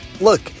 Look